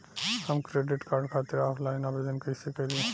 हम credit card खातिर offline आवेदन कइसे करि?